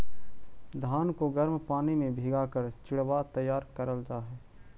धान को गर्म पानी में भीगा कर चिड़वा तैयार करल जा हई